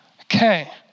Okay